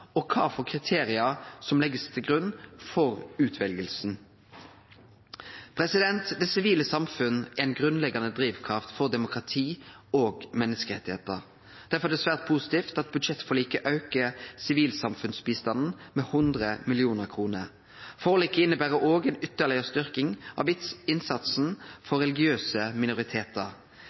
og kva kriterium som blir lagde til grunn for utveljinga. Det sivile samfunnet er ei grunnleggjande drivkraft for demokrati og menneskerettar. Derfor er det svært positivt at budsjettforliket aukar sivilsamfunnsbistanden med 100 mill. kr. Forliket inneber òg ei ytterlegare styrking av innsatsen for religiøse minoritetar.